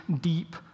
deep